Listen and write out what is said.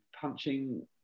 punching